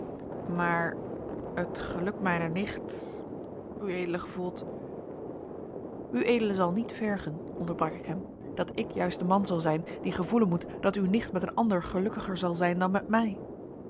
maar het geluk mijner nicht ued gevoelt ued zal niet vergen onderbrak ik hem dat ik juist de man zal zijn die gevoelen moet dat uw nicht met een ander gelukkiger zal zijn dan met mij